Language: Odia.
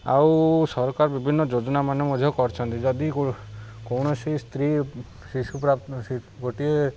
ଆଉ ସରକାର ବିଭିନ୍ନ ଯୋଜନାମାନେ ମଧ୍ୟ କରିଛନ୍ତି ଯଦି କୌଣସି ସ୍ତ୍ରୀ ଶିଶୁ ପ୍ରାପ୍ତ ଗୋଟିଏ